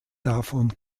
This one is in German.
davon